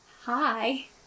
hi